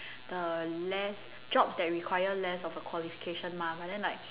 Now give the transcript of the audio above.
the less jobs that require less of a qualification mah but then like